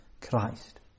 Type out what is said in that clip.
Christ